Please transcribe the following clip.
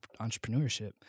entrepreneurship